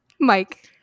Mike